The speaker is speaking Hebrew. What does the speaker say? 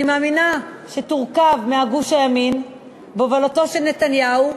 שאני מאמינה שתורכב מגוש הימין בהובלתו של נתניהו,